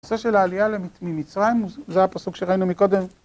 הנושא של העלייה ממצרים, זה הפסוק שראינו מקודם.